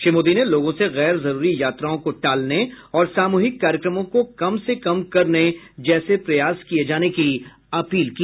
श्री मोदी ने लोगों से गैर जरूरी यात्राओं को टालने और सामूहिक कार्यक्रमों को कम से कम करने जैसे प्रयास किये जाने की अपील की